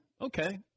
Okay